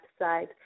website